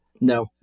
No